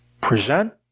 Present